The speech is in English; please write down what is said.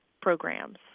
programs